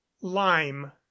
lime